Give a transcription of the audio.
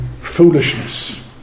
foolishness